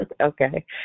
Okay